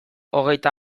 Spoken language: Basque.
hogeita